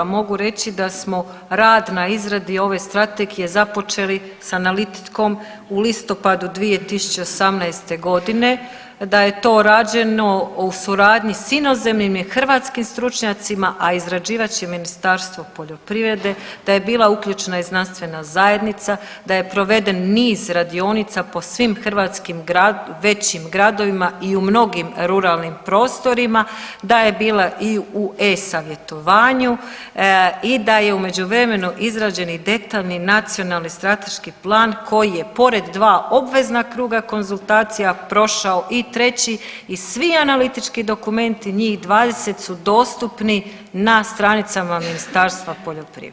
Mogu reći da smo rad na izradi ove strategije započeli sa analitikom u listopadu 2018.g., da je to rađeno u suradnji sa inozemnim i hrvatskim stručnjacima, a izrađivač je Ministarstvo poljoprivrede, da je bila uključena i znanstvena zajednica, da je proveden niz radionica po svim hrvatskim većim gradovima i u mnogim ruralnim prostorima, da je bila i u e-Savjetovanju i da je u međuvremenu izrađen i detaljni nacionalni strateški plan koji je pored dva obvezna kruga konzultacija prošao i treći i svi analitički dokumenti, njih 20 su dostupni na stranicama Ministarstva poljoprivrede.